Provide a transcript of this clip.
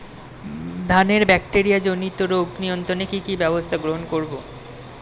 ধানের ব্যাকটেরিয়া জনিত রোগ নিয়ন্ত্রণে কি কি ব্যবস্থা গ্রহণ করব?